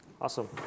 Awesome